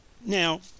now